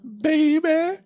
Baby